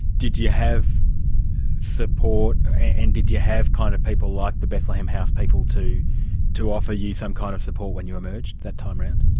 did you have support and did you have kind of people like the bethlehem house people to to offer you some kind of support when you emerged that time around?